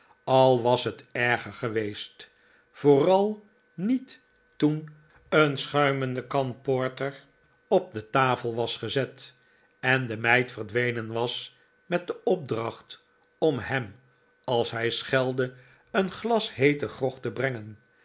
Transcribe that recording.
al was het erger geweest vooral niet toen een schuimende kan porter op de tafel was gezet en de meid verdwenen was met de opdracht om hem als hij schelde een glas heete grog te brengen